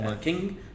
King